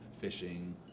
fishing